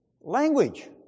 language